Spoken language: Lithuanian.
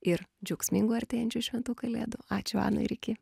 ir džiaugsmingų artėjančių šventų kalėdų ačiū ana ir iki